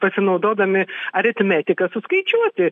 pasinaudodami aritmetika suskaičiuoti